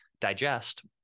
digest